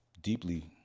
deeply